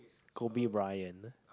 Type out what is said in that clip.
Kobe-Bryant